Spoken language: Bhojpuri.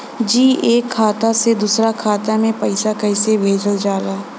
जी एक खाता से दूसर खाता में पैसा कइसे भेजल जाला?